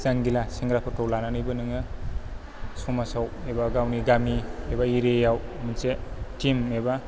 जांगिला सेंग्राफोरखौबो लानानैबो नोङो समाजाव एबा गावनि गामि एबा एरियायाव मोनसे टिम एबा